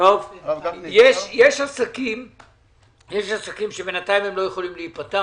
יש עסקים שבינתיים לא יכולים להיפתח.